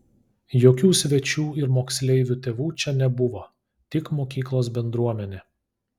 jokių svečių ir moksleivių tėvų čia nebuvo tik mokyklos bendruomenė